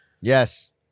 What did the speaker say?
Yes